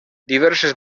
diverses